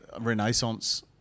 Renaissance